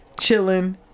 chilling